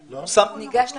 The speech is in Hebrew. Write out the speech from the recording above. הוא ניגש למבחן?